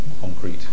concrete